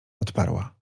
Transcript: odparła